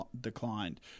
declined